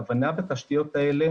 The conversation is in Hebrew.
הכוונה בתשתיות האלה